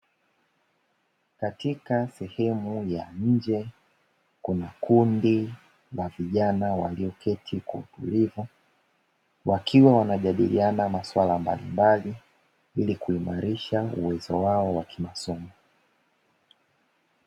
Katika sehemu ya nje, kuna kundi la vijana walioketi kwa utulivu, wakiwa wanajadiliana maswala mbalimbali ili kuimalisha uwezo wao wa kimasomo.